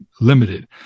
limited